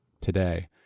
today